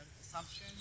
assumption